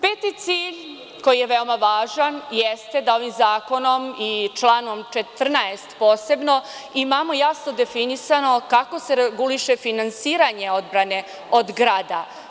Peti cilj koji je veoma važan jeste da ovim zakonom i članom 14. posebno, imamo jasno definisano kako se reguliše finansiranje odbrane od grada.